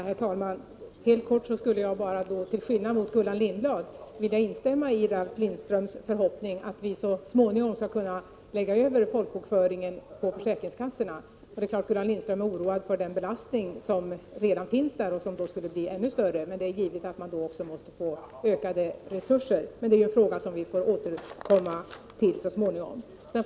Herr talman! Helt kort vill jag bara, till skillnad från Gullan Lindblad, instämma i det som Ralf Lindström här sade. Han hoppades ju att vi så småningom skall kunna lägga folkbokföringen på försäkringskassorna. Det är klart att Gullan Lindblad är oroad över den belastning som man där redan känner av och som då alltså skulle bli ännu större. Men i så fall måste försäkringskassorna givetvis få ökade resurser. Den frågan får vi dock återkomma till så småningom.